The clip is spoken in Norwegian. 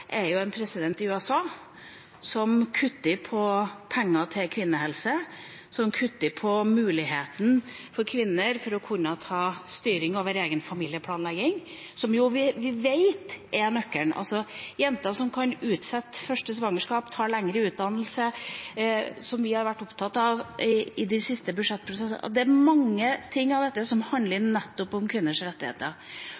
er en president i USA som kutter på penger til kvinnehelse, som kutter på muligheten for kvinner til å kunne ta styring over egen familieplanlegging, som vi jo vet er nøkkelen. Jenter som kan utsette første svangerskap, tar lengre utdannelse, som vi har vært opptatt av i de siste budsjettprosessene. Det er mange ting av dette som handler